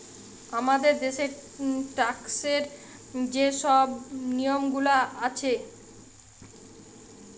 আমাদের দ্যাশের ট্যাক্সের যে শব নিয়মগুলা আছে